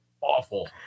awful